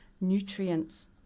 nutrients